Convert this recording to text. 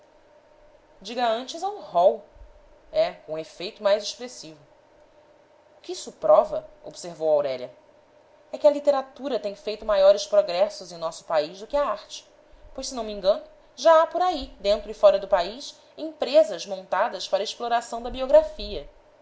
diga antes ao rol é com efeito mais expressivo o que isso prova observou aurélia é que a literatura tem feito maiores progressos em nosso país do que a arte pois se não me engano já há por aí dentro e fora do país empresas montadas para exploração da biografia